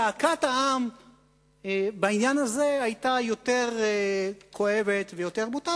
זעקת העם בעניין הזה היתה יותר כואבת ויותר בוטה,